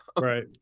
Right